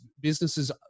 businesses